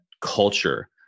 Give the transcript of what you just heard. culture